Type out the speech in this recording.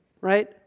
right